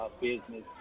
business